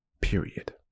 period